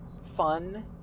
fun